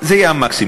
זה יהיה המקסימום.